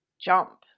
jump